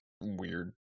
weird